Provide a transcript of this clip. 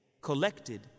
collected